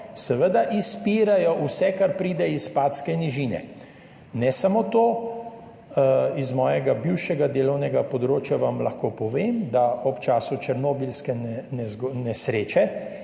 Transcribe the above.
seveda izpirajo vse, kar pride iz Padske nižine. Ne samo to. Z mojega bivšega delovnega področja vam lahko povem, da je ob času černobilske nesreče